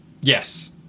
Yes